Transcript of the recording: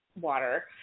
water